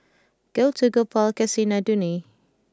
Gouthu Gopal and Kasinadhuni